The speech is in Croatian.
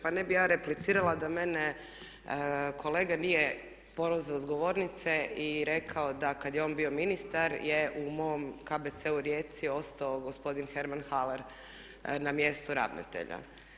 Pa ne bih ja replicirala da mene kolega nije prozvao sa govornice i rekao da kad je on bio ministar je u mom KBC-u Rijeci ostao gospodin Herman Haler na mjestu ravnatelja.